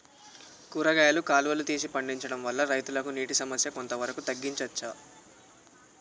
కూరగాయలు కాలువలు తీసి పండించడం వల్ల రైతులకు నీటి సమస్య కొంత వరకు తగ్గించచ్చా?